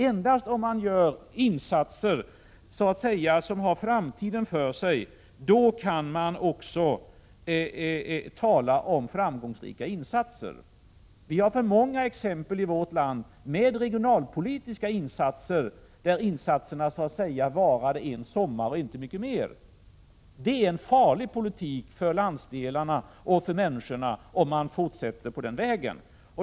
Bara om man gör insatser som så att säga har framtiden för sig kan man tala om framgångsrika insatser. I vårt land har vi för många exempel på regionalpolitiska insatser som så att säga varade en sommar och inte mycket mer. Det är farlig politik för landsdelarna och för människorna, om man fortsätter på den vägen.